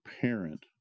parent